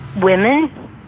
women